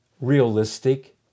realistic